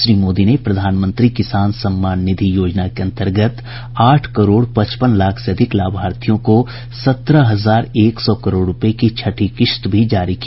श्री मोदी ने प्रधानमंत्री किसान सम्मान निधि योजना के अंतर्गत आठ करोड़ पचपन लाख से अधिक लाभार्थियों को सत्रह हजार एक सौ करोड़ रूपये की छठी किश्त भी जारी की